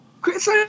Chris